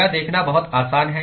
यह देखना बहुत आसान है